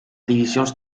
divisions